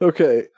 Okay